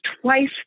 twice